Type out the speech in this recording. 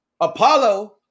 Apollo